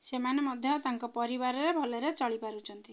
ସେମାନେ ମଧ୍ୟ ତାଙ୍କ ପରିବାରରେ ଭଲରେ ଚଳିପାରୁଛନ୍ତି